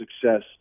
success